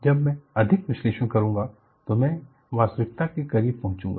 जब मैं अधिक विश्लेषण करूंगा तो मै वास्तविकता के करीब पहचुगा